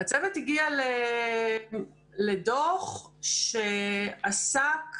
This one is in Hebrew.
הצוות הגיע לדוח שעסק